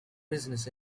business